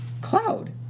cloud